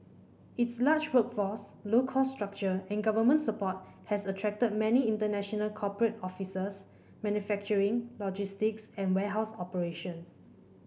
its large workforce low cost structure and government support has attracted many international corporate officers manufacturing logistics and warehouse operations